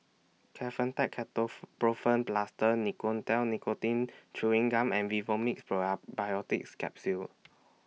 Kefentech Plaster Nicotinell Nicotine Chewing Gum and Vivomixx Capsule